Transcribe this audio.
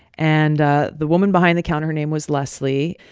and ah the woman behind the counter, her name was leslie.